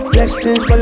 Blessings